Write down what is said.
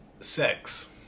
sex